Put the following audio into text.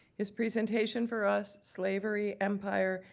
his presentation for us, slavery, empire,